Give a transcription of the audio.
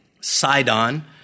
Sidon